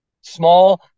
Small